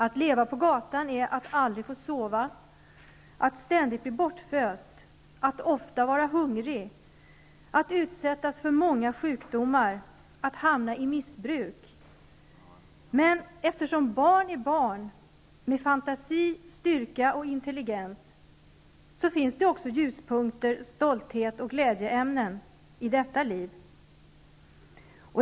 Att leva på gatan är att aldrig få sova, att ständigt bli bortföst, att ofta vara hungrig, att utsättas för många sjukdomar och att hamna i missbruk. Men eftersom barn är barn med fantasi, styrka och intelligens finns det också ljuspunkter, stolthet och glädjeämnen i detta liv.